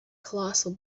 colossal